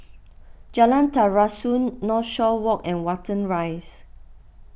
Jalan Terusan Northshore Walk and Watten Rise